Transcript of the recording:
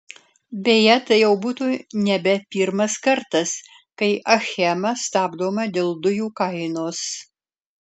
beje tai jau būtų nebe pirmas kartas kai achema stabdoma dėl dujų kainos